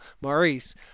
Maurice